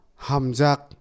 Hamzak